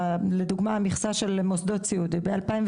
לדוגמה, המכסה של מוסדות סיעוד היא ב-2020.